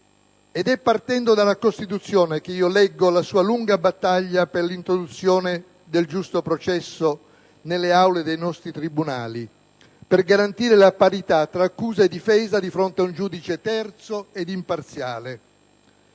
Ed è partendo dalla Costituzione che io leggo la sua lunga battaglia per l'introduzione del "giusto processo" nelle aule dei nostri tribunali, per garantire la parità tra accusa e difesa di fronte a un giudice terzo e imparziale.